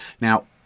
now